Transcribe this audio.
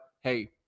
hey